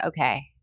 okay